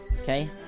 okay